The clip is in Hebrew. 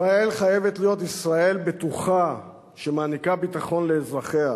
ישראל חייבת להיות ישראל בטוחה שמעניקה ביטחון לאזרחיה.